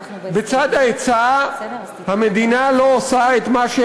בצד ההיצע המדינה לא עושה את מה שהיא